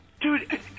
Dude